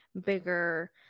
bigger